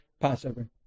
Passover